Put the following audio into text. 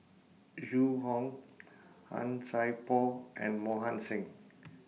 Zhu Hong Han Sai Por and Mohan Singh